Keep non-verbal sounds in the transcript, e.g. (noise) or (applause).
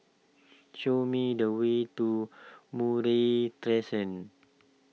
show me the way to Murray (unintelligible)